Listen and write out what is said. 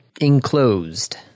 enclosed